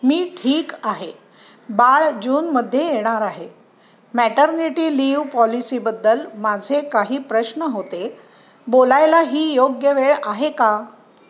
मी ठीक आहे बाळ जूनमध्ये येणार आहे मॅटर्निटी लिव्ह पॉलिसीबद्दल माझे काही प्रश्न होते बोलायला ही योग्य वेळ आहे का